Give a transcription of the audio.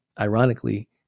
ironically